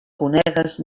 conegues